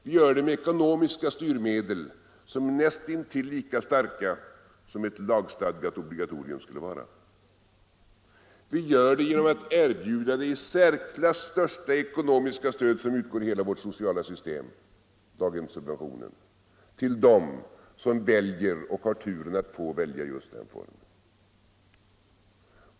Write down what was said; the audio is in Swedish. Vi gör det med ekonomiska styrmedel som är näst intill lika starka som ett lagstadgat obligatorium skulle vara. Vi gör det genom att erbjuda det i särklass största ekonomiska stöd som utgår i hela vårt sociala system — daghemssubventioner — till dem som väljer och har turen att få välja just den formen.